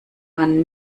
man